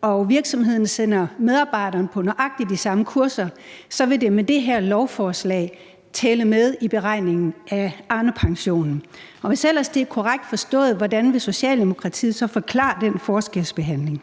og virksomheden sender medarbejderen på de nøjagtig de samme kurser, så vil det med det her lovforslag tælle med i beregningen af Arnepensionen. Hvis ellers det er korrekt forstået, hvordan vil Socialdemokratiet så forklare den forskelsbehandling?